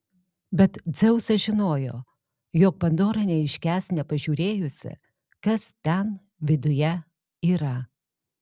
bet dzeusas žinojo jog pandora neiškęs nepažiūrėjusi kas ten viduje yra